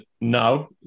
now